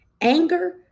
anger